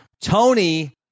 tony